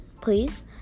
please